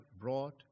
brought